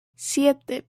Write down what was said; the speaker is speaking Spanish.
siete